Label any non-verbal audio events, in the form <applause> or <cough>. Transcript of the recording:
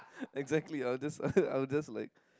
exactly I will just <laughs> I will just like